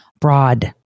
broad